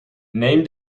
neem